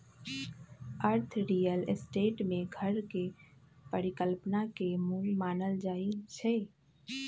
अर्थ real estate में घर के परिकल्पना के मूल मानल जाई छई